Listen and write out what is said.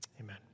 amen